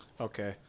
Okay